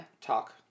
Talk